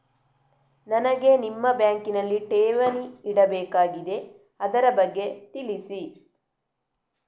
ನನಗೆ ನಿಮ್ಮ ಬ್ಯಾಂಕಿನಲ್ಲಿ ಠೇವಣಿ ಇಡಬೇಕಾಗಿದೆ, ಅದರ ಬಗ್ಗೆ ತಿಳಿಸಿ